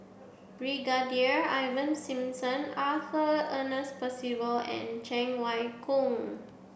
Brigadier Ivan Simson Arthur Ernest Percival and Cheng Wai Keung